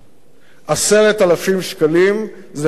10,000 שקלים זה הרבה מאוד כסף,